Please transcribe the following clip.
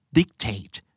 dictate